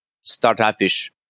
startup-ish